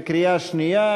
בקריאה שנייה.